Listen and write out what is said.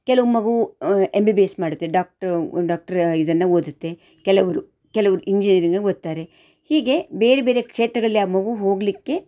ಕೆಲವು ಮಗು M B B S ಮಾಡುತ್ತೆ ಡಾಕ್ರು ಡಾಕ್ಟ್ರು ಇದನ್ನು ಓದುತ್ತೆ ಕೆಲವರು ಕೆಲವರು ಇಂಜಿನಿಯರಿಂಗ್ ಓದ್ತಾರೆ ಹೀಗೆ ಬೇರೆ ಬೇರೆ ಕ್ಷೇತ್ರಗಳಲ್ಲಿ ಆ ಮಗು ಹೋಗಲಿಕ್ಕೆ